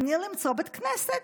אני למצוא בית כנסת.